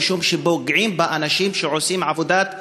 משום שפוגעים באנשים שעושים עבודת קודש.